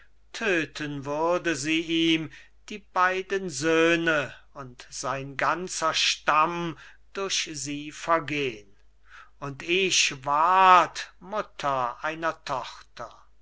tödten würde sie ihm die beiden söhne und sein ganzer stamm durch sie vergehn und ich ward mutter einer tochter